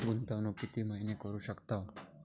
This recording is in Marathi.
गुंतवणूक किती महिने करू शकतव?